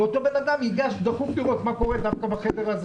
ואותו אדם ייגש באופן דחוף לראות מה קורה באותו חדר.